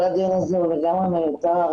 כל הדיון הזה הוא לגמרי מיותר.